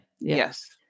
Yes